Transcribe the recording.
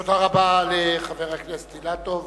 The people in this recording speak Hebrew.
תודה רבה לחבר הכנסת אילטוב.